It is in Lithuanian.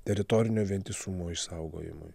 teritorinio vientisumo išsaugojimui